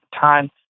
time